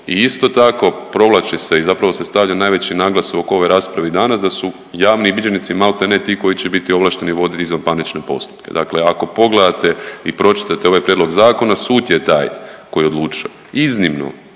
I isto tako provlači se i zapravo se stavlja najveći naglasak oko ove rasprave i danas da su javni bilježnici maltene ti koji će biti ovlašteni voditi izvanparnične postupke. Dakle, ako pogledate i pročitate ovaj prijedlog zakona sud je taj koji odlučuje. Iznimno,